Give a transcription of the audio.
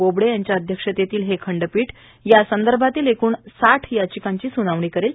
बोबडे यांच्या अध्यक्षतेतील हे खंडपीठ या संदर्भातील एकूण साठ याचिकांची सुनावणी करेल